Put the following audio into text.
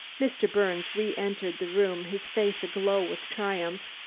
mr. birnes reentered the room, his face aglow with triumph.